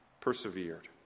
persevered